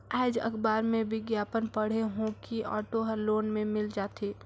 आएज अखबार में बिग्यापन पढ़े हों कि ऑटो हर लोन में मिल जाथे